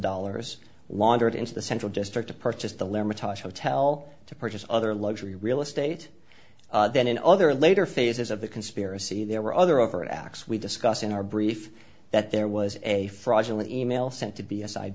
dollars wandered into the central district to purchase the lemma taj hotel to purchase other luxury real estate then in other later phases of the conspiracy there were other overt acts we discussed in our brief that there was a fraudulent email sent to be a side